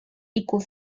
equal